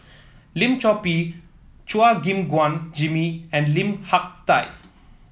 Lim Chor Pee Chua Gim Guan Jimmy and Lim Hak Tai